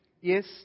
yes